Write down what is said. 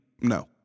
no